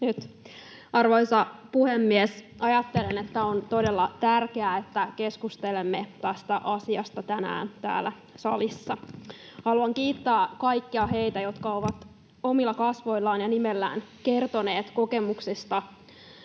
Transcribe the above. Arvoisa puhemies! Ajattelen, että on todella tärkeää, että keskustelemme tästä asiasta tänään täällä salissa. Haluan kiittää kaikkia heitä, jotka ovat omilla kasvoillaan ja nimellään kertoneet kokemuksestaan